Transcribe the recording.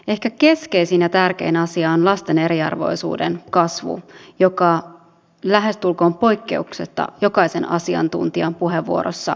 ehkä keskeisin ja tärkein asia on lasten eriarvoisuuden kasvu joka lähestulkoon poikkeuksetta jokaisen asiantuntijan puheenvuorossa nousi esille